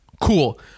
Cool